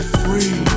free